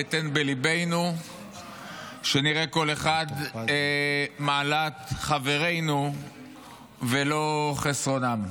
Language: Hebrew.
תן בליבנו שנראה כל אחד מעלת חברינו ולא חסרונם".